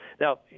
Now